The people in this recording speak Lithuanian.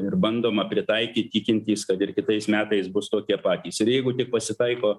ir bandoma pritaikyt tikintis kad ir kitais metais bus tokie patys ir jeigu tik pasitaiko